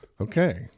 Okay